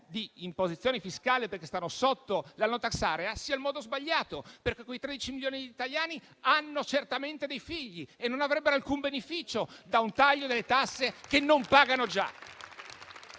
d'imposizione fiscale perché stanno al di sotto della *no tax area* sia il modo sbagliato. Quei 13 milioni di italiani hanno certamente figli e non avrebbero alcun beneficio da un taglio delle tasse che già non pagano.